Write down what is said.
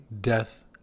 death